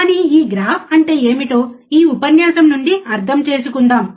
కానీ ఈ గ్రాఫ్ అంటే ఏమిటో ఈ ఉపన్యాసం నుండి అర్థం చేసుకుందాం